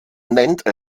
nennt